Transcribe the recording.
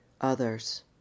others